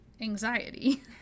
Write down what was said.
anxiety